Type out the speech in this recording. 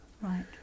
Right